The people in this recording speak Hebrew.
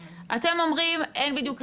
אתם אומרים, אין בדיוק קריטריונים,